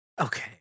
Okay